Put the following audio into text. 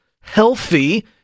healthy